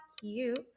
cute